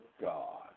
God